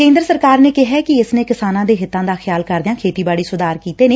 ਕੇ'ਦਰ ਸਰਕਾਰ ਨੇ ਕਿਹੈ ਕਿ ਇਸ ਨੇ ਕਿਸਾਨਾਂ ਦੇ ਹਿੱਤਾਂ ਦਾ ਖਿਆਲ ਕਰਦਿਆਂ ਖੇਤੀਬਾੜੀ ਸੁਧਾਰ ਕੀਤੇ ਨੇ